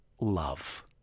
love